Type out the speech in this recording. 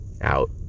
out